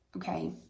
Okay